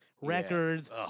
records